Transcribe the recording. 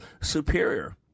superior